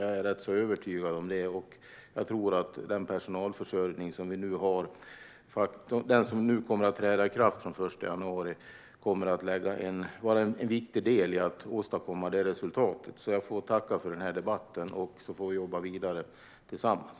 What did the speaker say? Jag är övertygad om det, och jag tror att den personalförsörjning som nu träder i kraft från den 1 januari kommer att vara en viktig del i att åstadkomma det resultatet. Så jag får tacka för den här debatten, och sedan får vi jobba vidare tillsammans.